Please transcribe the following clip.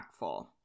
impactful